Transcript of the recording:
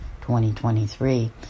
2023